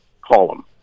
column